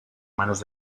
manos